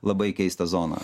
labai keistą zoną